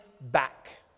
back